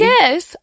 Yes